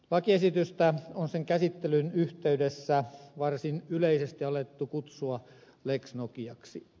lakiesitystä on sen käsittelyn yhteydessä varsin yleisesti alettu kutsua lex nokiaksi